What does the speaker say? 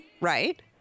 Right